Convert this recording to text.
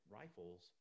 rifles